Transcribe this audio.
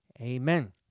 Amen